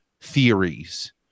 theories